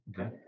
Okay